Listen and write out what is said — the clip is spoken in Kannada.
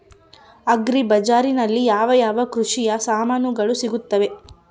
ಅಗ್ರಿ ಬಜಾರಿನಲ್ಲಿ ಯಾವ ಯಾವ ಕೃಷಿಯ ಸಾಮಾನುಗಳು ಸಿಗುತ್ತವೆ?